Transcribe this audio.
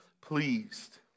pleased